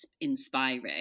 inspiring